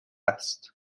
است